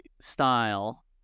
style